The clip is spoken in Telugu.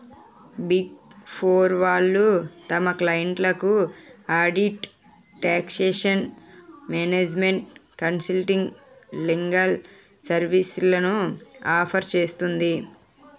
బిగ్ ఫోర్ వాళ్ళు తమ క్లయింట్లకు audit, taxation, management consulting, legal సర్వీస్లను ఆఫర్ చేస్తుంది